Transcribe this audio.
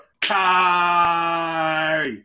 Kai